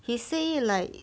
he say like